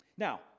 Now